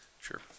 sure